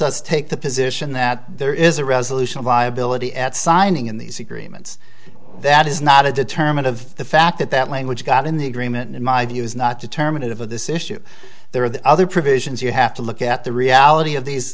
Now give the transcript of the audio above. us take the position that there is a resolution of viability at signing in these agreements that is not a determent of the fact that that language got in the agreement in my view is not determinative of this issue there are the other provisions you have to look at the reality of these